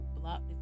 blocked